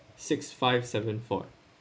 six five seven four